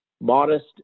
modest